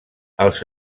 els